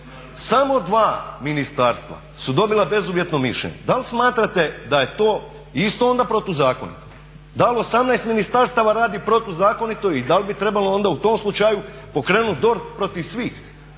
samo dva ministarstva su dobila bezuvjetno mišljenje, da li smatrate da je to onda isto protuzakonito? Da li 18 ministarstava radi protuzakonito i da li bi trebalo onda u tom slučaju pokrenuti DORH protiv svih,